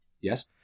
Yes